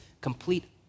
complete